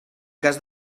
cas